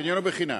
החניון הוא בחינם.